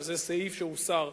וזה סעיף שהוסר,